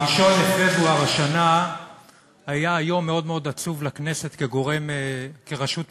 הראשון בפברואר השנה היה יום מאוד מאוד עצוב לכנסת כרשות מפקחת,